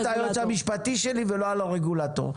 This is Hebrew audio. היועץ המשפטי שלי ולא על דעת הרגולטור.